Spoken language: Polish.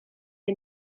się